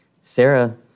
Sarah